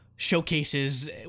showcases